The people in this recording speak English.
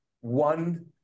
one